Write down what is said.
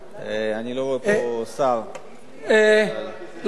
אני לא רואה פה שר, לא, לא.